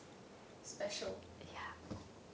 special